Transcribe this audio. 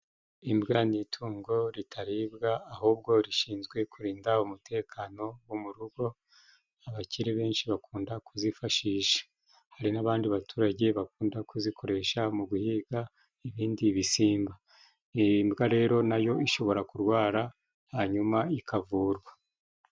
Imbwa ni itungo ritaribwa ahubwo rishinzwe kurinda umutekano wo mu rugo, abakire benshi bakunda kuzifashisha, hari n'abandi baturage bakunda kuzikoresha mu guhiga ibindi bisimba, imbwa rero na yo ishobora kurwara hanyuma ikavurwa